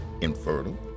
infertile